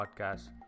podcast